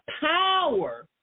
power